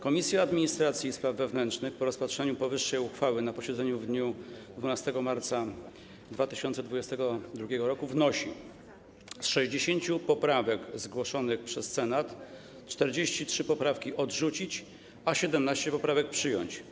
Komisja Administracji i Spraw Wewnętrznych, po rozpatrzeniu powyższej uchwały na posiedzeniu w dniu 12 marca 2022 r. wnosi: z 60 poprawek zgłoszonych przez Senat 43 poprawki odrzucić, a 17 poprawek przyjąć.